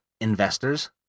investors